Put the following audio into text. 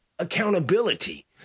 accountability